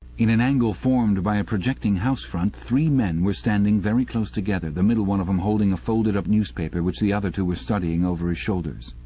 in an angle formed by a projecting house-front three men were standing very close together, the middle one of them holding a folded-up newspaper which the other two were studying over his shoulder.